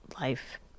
life